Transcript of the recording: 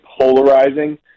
polarizing